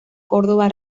córdova